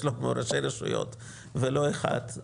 ישבו פה ראשי רשויות ולא אחד,